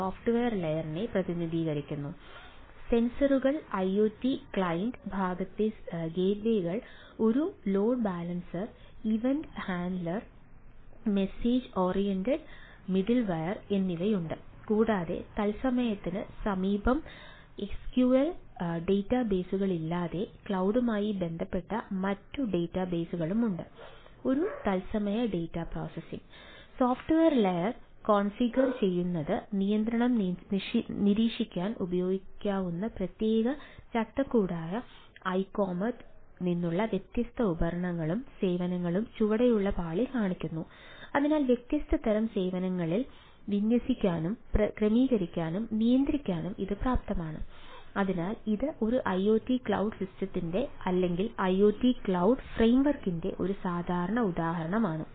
software layer ഒരു സാധാരണ ഉദാഹരണമാണ്